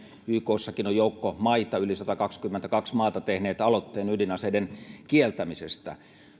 ykssakin on joukko maita yli satakaksikymmentäkaksi maata tehnyt aloitteen ydinaseiden kieltämisestä